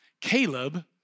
Caleb